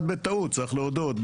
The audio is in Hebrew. נולד בטעות, צריך להודות.